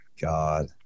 god